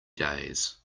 days